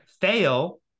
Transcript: fail